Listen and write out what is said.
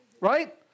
Right